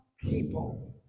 people